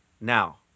Now